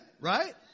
Right